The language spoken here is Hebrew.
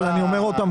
אבל אני אומר עוד פעם,